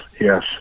yes